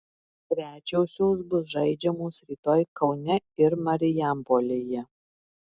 trečiosios bus žaidžiamos rytoj kaune ir marijampolėje